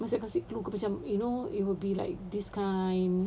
gossip gossip macam you know it will be like this kind